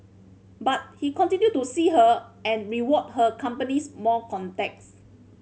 but he continued to see her and rewarded her companies more contacts